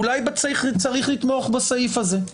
אולי צריך לתמוך בסעיף הזה,